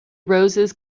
roses